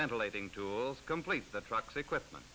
ventilating tools completes the trucks equipment